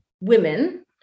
women